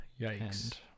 yikes